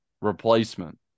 replacement